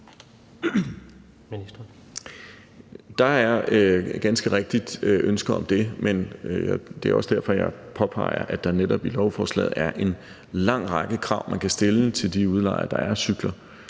Der er ganske rigtigt ønske om det, og det er også derfor, jeg påpeger, at der netop i lovforslaget er en lang række krav, man kan stille til de udlejere af cykler,